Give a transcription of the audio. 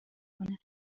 کنه